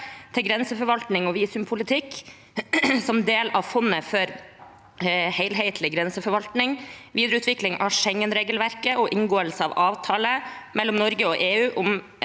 til grenseforvaltning og visumpolitikk som del av Fondet for helhetlig grenseforvaltning (videreutvikling av Schengen-regelverket) og inngåelse av avtale mellom Norge og EU